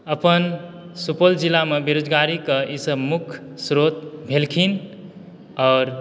अपन सुपौल जिलामे बेरोजगारीके ई सब मुख्य श्रोत भेलखिन आओर